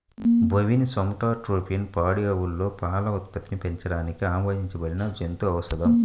bovine somatotropin పాడి ఆవులలో పాల ఉత్పత్తిని పెంచడానికి ఆమోదించబడిన జంతు ఔషధం